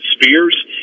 Spears